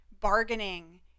bargaining